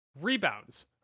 Rebounds